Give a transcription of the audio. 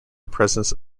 presence